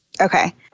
Okay